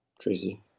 Tracy